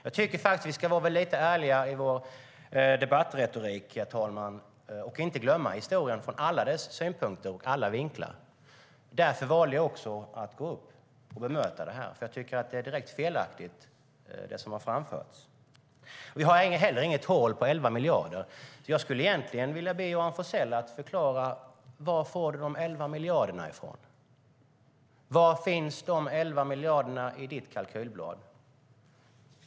Jag tycker att vi ska vara ärliga i vår debattretorik och inte glömma historien från alla vinklar. Därför valde jag att gå upp i debatten och bemöta detta. Jag tycker nämligen att det som har framförts är direkt felaktigt. Vi har inte heller något hål på 11 miljarder. Jag skulle därför vilja be Johan Forssell att förklara varifrån han får de 11 miljarderna. Var finns de 11 miljarderna i ditt kalkylblad?